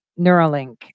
Neuralink